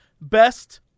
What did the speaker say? Best